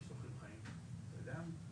זה לא שחור, זה לבן, כתוב משגיח על החדר.